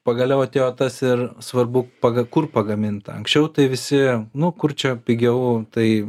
pagaliau atėjo tas ir svarbu pagal kur pagaminta anksčiau tai visi nu kur čia pigiau tai